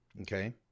okay